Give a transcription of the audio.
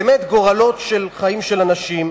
באמת, גורלות של חיים של אנשים,